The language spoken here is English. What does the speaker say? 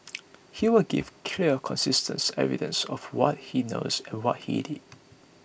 he will give clear consistence evidence of what he knows and what he did